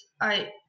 I-